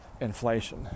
inflation